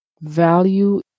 Value